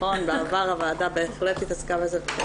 בעבר הוועדה בהחלט התעסקה בזה.